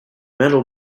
metal